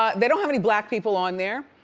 ah they don't have any black people on there.